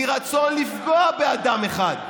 מרצון לפגוע באדם אחד,